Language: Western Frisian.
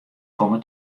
komme